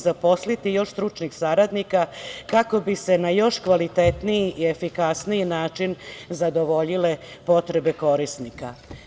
Zaposliti još stručnih saradnika kako bi se na još kvalitetniji i efikasniji način zadovoljile potrebe korisnika.